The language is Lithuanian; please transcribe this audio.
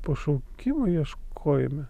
pašaukimo ieškojime